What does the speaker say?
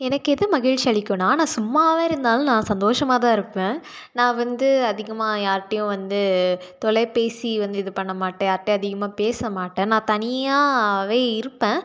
எனக்கு எது மகிழ்ச்சி அளிக்கும்னா நான் சும்மாவே இருந்தாலும் நான் சந்தோஷமாக தான் இருப்பேன் நான் வந்து அதிகமாக யாருகிட்டையும் வந்து தொலைப்பேசி வந்து இது பண்ணமாட்டேன் யாருகிட்டையும் அதிகமாக பேசமாட்டேன் நான் தனியாகவே இருப்பேன்